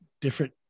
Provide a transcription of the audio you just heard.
different